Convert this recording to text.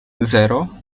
zero